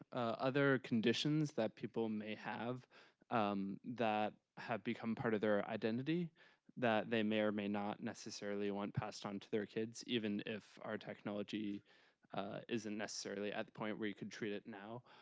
other conditions that people may have um that have become part of their identity that they may or may not necessarily want passed on to their kids, even if our technology isn't necessarily at the point where you could treat it now,